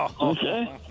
Okay